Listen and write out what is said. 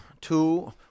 two